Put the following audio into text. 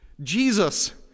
Jesus